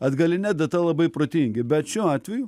atgaline data labai protingi bet šiuo atveju